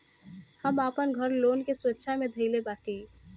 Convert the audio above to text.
हम आपन घर लोन के सुरक्षा मे धईले बाटी